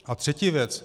A třetí věc.